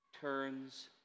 turns